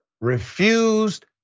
refused